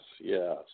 yes